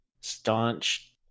staunch